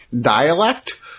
dialect